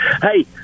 Hey